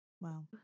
Wow